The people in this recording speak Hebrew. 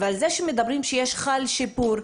וזה שמדברים על זה שחל שיפור,